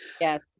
yes